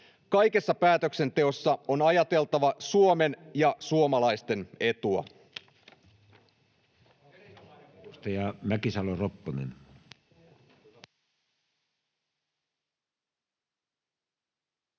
Kaikessa päätöksenteossa on ajateltava Suomen ja suomalaisten etua.